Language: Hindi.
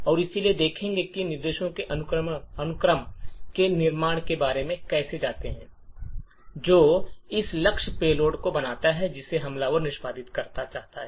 तो आइए देखें कि हम निर्देशों के अनुक्रम के निर्माण के बारे में कैसे जाते हैं जो इस लक्ष्य पेलोड को बनाता है जिसे हमलावर निष्पादित करना चाहते हैं